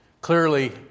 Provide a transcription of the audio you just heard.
Clearly